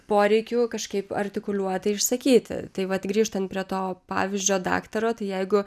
poreikių kažkaip artikuliuotai išsakyti tai vat grįžtant prie to pavyzdžio daktaro tai jeigu